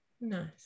nice